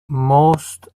most